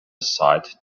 aside